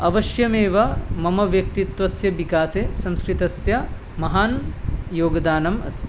अवश्यमेव मम व्यक्तित्वस्य विकासे संस्कृतस्य महान् योगदानम् अस्ति